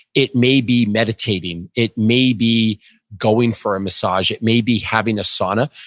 it may be meditating. it may be going for a massage. it may be having a sauna.